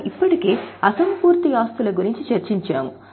మనము ఇప్పటికే అసంపూర్తి ఆస్తులు గురించి చర్చించాము